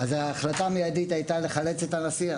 אז ההחלטה המיידית היתה לחלץ את הנשיא.